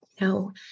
no